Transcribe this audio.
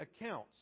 accounts